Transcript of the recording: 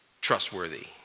trustworthy